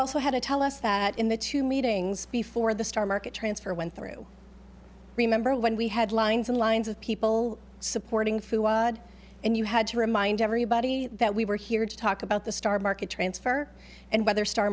also had to tell us that in the two meetings before the star market transfer went through remember when we had lines and lines of people supporting food and you had to remind everybody that we were here to talk about the star market transfer and whether star